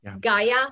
Gaia